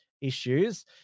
issues